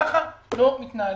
ככה לא מתנהלים.